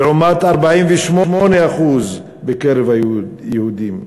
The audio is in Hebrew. לעומת 48% בקרב היהודים.